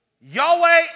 Yahweh